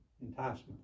Enticement